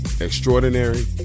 Extraordinary